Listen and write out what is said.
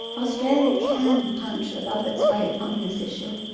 australia can punch above its weight on this issue,